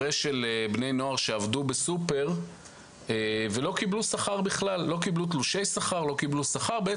בני נוער עבדו כשליחים בסופר וכלל לא קיבלו שכר ולא קיבלו תלושי שכר,